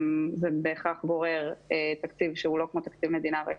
זה בהכרח גורר תקציב שהוא לא כמו תקציב מדינה רגיל.